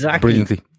brilliantly